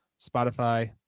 Spotify